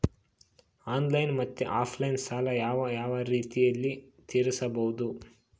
Online ಮತ್ತೆ offline ಸಾಲ ಯಾವ ಯಾವ ರೇತಿನಲ್ಲಿ ತೇರಿಸಬಹುದು?